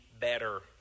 better